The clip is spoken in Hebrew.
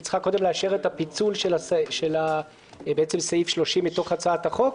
היא צריכה קודם לאשר את הפיצול של סעיף 30 מתוך הצעת החוק,